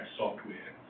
software